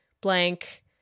blank